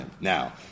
now